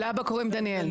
לאבא קוראים דניאל.